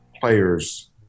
players